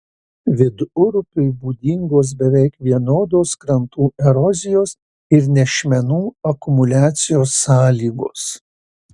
vidurupiui būdingos beveik vienodos krantų erozijos ir nešmenų akumuliacijos sąlygos